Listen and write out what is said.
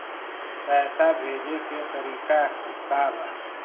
पैसा भेजे के तरीका का बा?